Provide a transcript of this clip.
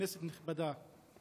כנסת נכבדה,